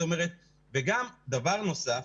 דבר נוסף.